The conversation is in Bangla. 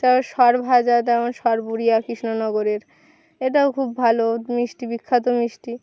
তারপরে সরভাজা যেমন সরপুরিয়া কৃষ্ণনগরের এটাও খুব ভালো মিষ্টি বিখ্যাত মিষ্টি